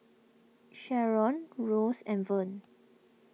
Sheron Rose and Vern